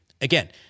Again